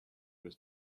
was